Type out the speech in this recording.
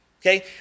Okay